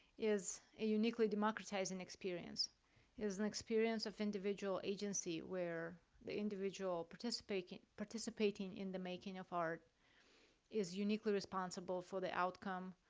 is a uniquely democratizing experience. it is an experience of individual agency where the individual participating participating in the making of art is uniquely responsible for the outcome,